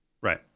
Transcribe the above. Right